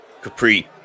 Capri